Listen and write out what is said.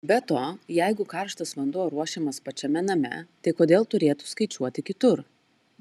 be to jeigu karštas vanduo ruošiamas pačiame name tai kodėl turėtų skaičiuoti kitur